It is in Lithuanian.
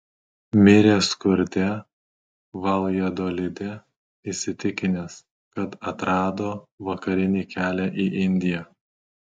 mirė skurde valjadolide įsitikinęs kad atrado vakarinį kelią į indiją